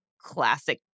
classic